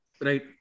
right